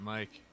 Mike